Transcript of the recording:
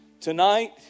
tonight